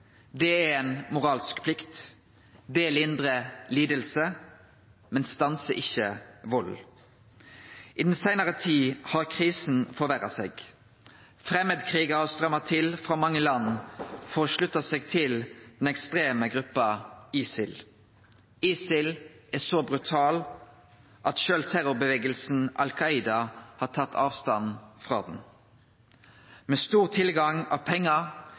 Det er ei moralsk plikt. Det lindrar liding, men stansar ikkje valden. I den seinare tida har krisen forverra seg. Framandkrigarar har strøymt til frå mange land for å slutte seg til den ekstreme gruppa ISIL. ISIL er så brutal at sjølv terrorrørsla Al Qaida har tatt avstand frå ho. Med stor tilgang på pengar,